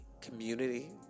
community